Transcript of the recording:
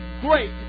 great